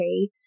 okay